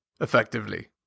effectively